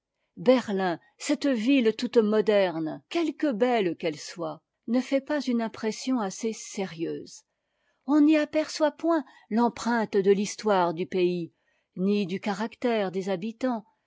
berlin cette ville toute moderne quelque belle qu'elle soit ne fait pas une impression assez sérieuse on n'y aperçoit point l'empreinte de l'histoire du pays ni du caractère des habitants